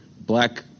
black